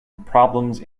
problems